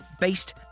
based